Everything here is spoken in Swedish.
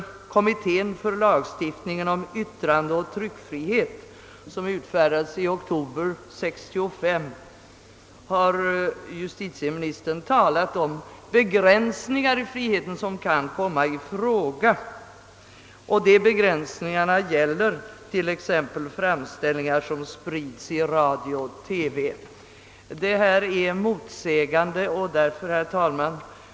I direktiven för kommittén för lagstiftningen om yttrandeoch tryckfrihet, vilka utfärdades den 15 oktober 1965, uttalar justitieministern, att den översyn som utredningen skall verkställa bör företas med utgångspunkt från »en i princip obegränsad yttrandeoch tryckfrihet och från att de nutida möjligheterna till spridning av framställningar inom ramen för eljest gällande lagbestämmelser i princip inte begränsas. Dessa synpunkter synes böra upprätthållas även till priset av att anstötliga och smaklösa framställningar kan komma att åtminstone temporärt vinna ökad spridning.» Men sedan tilllägges följande: »De begränsningar som kan komma i fråga bör motiveras i första hand av att den enskilde inte utan sin egen aktiva medverkan skall behöva ta del av sådana framställningar.